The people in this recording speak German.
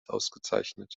ausgezeichnet